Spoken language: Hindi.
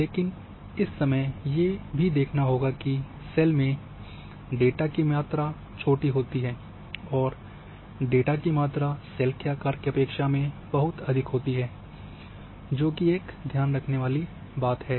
लेकिन इस समय ये भी देखना होगा कि सेल में डेटा की मात्रा छोटी होती है और डेटा की मात्रा सेल के आकार के अपेक्षा बहुत अधिक होती है जोकि एक है ध्यान में रखने वाली बात है